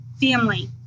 family